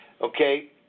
Okay